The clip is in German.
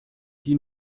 die